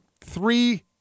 three